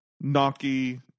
Naki